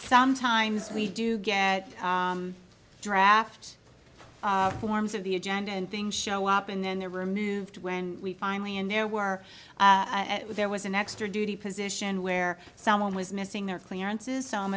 sometimes we do get draft forms of the agenda and things show up and then there were moved when we finally and there were there was an extra duty position where someone was missing their clearances so i'm